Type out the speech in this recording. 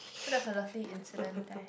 so that's a lovely incident that I